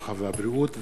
הרווחה והבריאות.